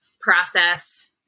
process